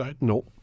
No